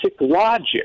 logic